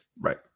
right